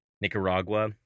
Nicaragua